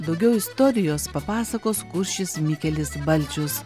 daugiau istorijos papasakos kuršis mikelis balčius